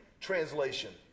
translation